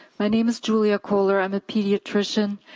my name is julia cowler. i'm a pediatrician.